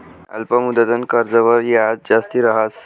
अल्प मुदतनं कर्जवर याज जास्ती रहास